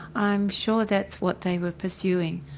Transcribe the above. i am sure that's what they were pursuing.